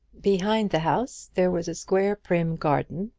behind the house there was a square prim garden,